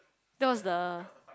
that was the